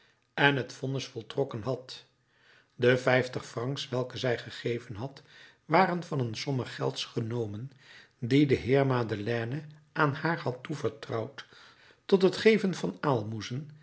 en het vonnis voltrokken had de vijftig francs welke zij gegeven had waren van een somme gelds genomen die de heer madeleine aan haar had toevertrouwd tot het geven van aalmoezen